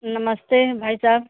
नमस्ते भाई साहब